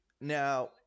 Now